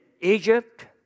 Egypt